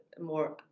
more